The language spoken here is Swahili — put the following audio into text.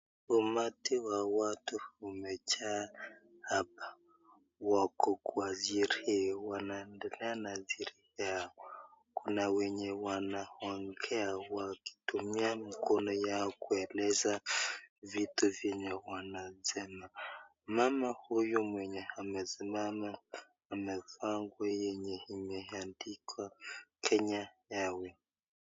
Umati wa watu umejaa hapa, wako kwa sherehe, wanaendelea na sherehe yao. Kuna wenye wanaongea wakitumia mikono yao kueleza vitu vyenye wanasema. Mama huyu mwenye amesimama amevaa nguo yenye imeandikwa Kenya Airways.